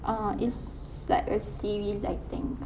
uh it's like a series I think